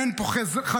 אין פה חזון,